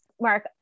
Mark